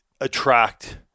attract